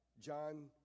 John